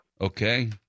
Okay